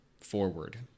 forward